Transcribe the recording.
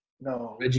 No